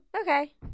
Okay